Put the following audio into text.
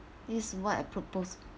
this is what I propose